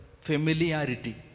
familiarity